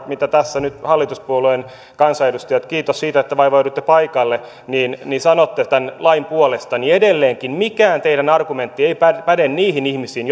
mitä tässä nyt te hallituspuolueiden kansanedustajat kiitos siitä että vaivauduitte paikalle käytätte tämän lain puolesta edelleenkään mitkään teidän argumenttinne eivät päde niihin ihmisiin